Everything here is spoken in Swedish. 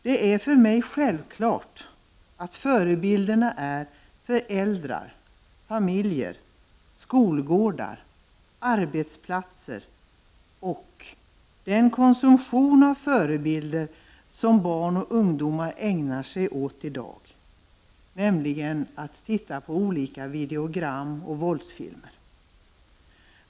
Det är för mig självklart att förebil 143 derna är föräldrar, familjer, att de återfinns på skolgårdar, arbetsplatser och i den konsumtion av olika videogram och våldsfilmer som barn och ungdomar ägnar sig åt i dag.